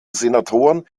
senatoren